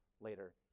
later